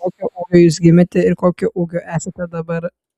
kokio ūgio jūs gimėte ir kokio ūgio esate dabar